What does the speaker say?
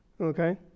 okay